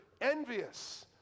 envious